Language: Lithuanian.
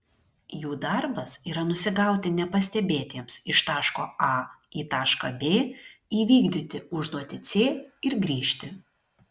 jų darbas yra nusigauti nepastebėtiems iš taško a į tašką b įvykdyti užduotį c ir grįžti